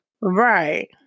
Right